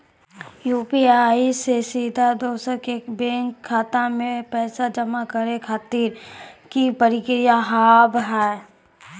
UPI से सीधा दोसर के बैंक खाता मे पैसा जमा करे खातिर की प्रक्रिया हाव हाय?